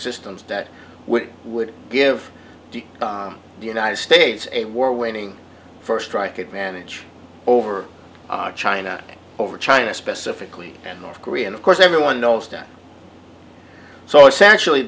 systems that we would give the united states a war waiting for strike advantage over china over china specifically and north korea and of course everyone knows that so it's actually